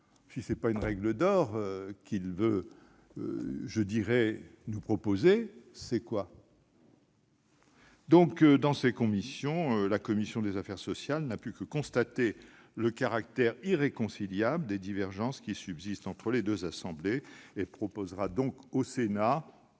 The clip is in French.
Si ce n'est pas une règle d'or, qu'est-ce donc ? Dans ces conditions, la commission des affaires sociales n'a pu que constater le caractère irréconciliable des divergences qui subsistent entre les deux assemblées et proposera donc au Sénat